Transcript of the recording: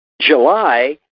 July